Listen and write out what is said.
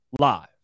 live